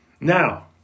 Now